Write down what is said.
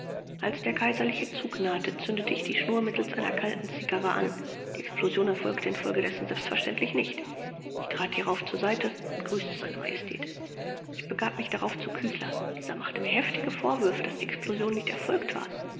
als der kaiserliche zug nahte zündete ich die schnur mittels einer kalten zigarre an die explosion erfolgte infolgedessen selbstverständlich nicht ich trat hierauf zur seite und grüßte se majestät ich begab mich darauf zu küchler dieser machte mir heftige vorwürfe daß die explosion nicht erfolgt war